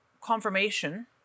confirmation